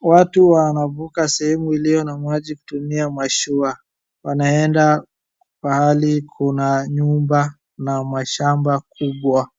Watu wanavuka sehemu iliyo na maji kutumia mashua. Wanaenda pahali kuna nyumba na mashamba kubwa.